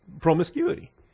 promiscuity